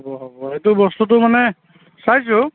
হ'ব হ'ব সেইটো বস্তুটো মানে চাইছোঁ